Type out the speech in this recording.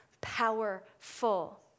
powerful